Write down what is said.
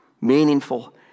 meaningful